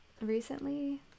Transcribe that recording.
Recently